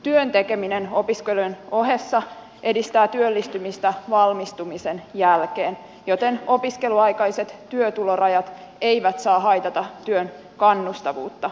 työn tekeminen opiskelun ohessa edistää työllistymistä valmistumisen jälkeen joten opiskeluaikaiset työtulorajat eivät saa haitata työn kannustavuutta